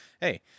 hey